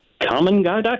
CommonGuy.com